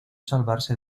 salvarse